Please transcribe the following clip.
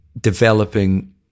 developing